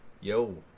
yo